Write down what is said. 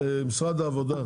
משרד העבודה,